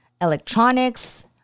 electronics